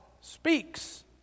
speaks